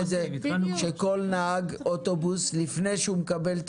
שכל נהג אוטובוס לפני שהוא מקבל את